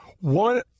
One